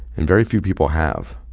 and very few people have.